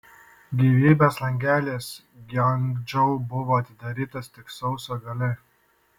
gyvybės langelis guangdžou buvo atidarytas tik sausio gale